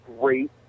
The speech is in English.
great